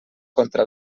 contra